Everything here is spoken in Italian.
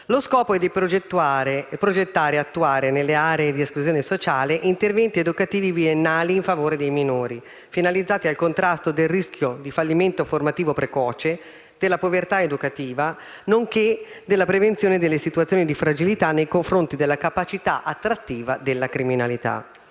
Lo scopo è quello di progettare e attuare, nelle aree di esclusione sociale, interventi educativi di durata biennale in favore dei minori, finalizzati al contrasto del rischio di fallimento formativo precoce e di povertà educativa, nonché per la prevenzione delle situazioni di fragilità nei confronti della capacità attrattiva della criminalità.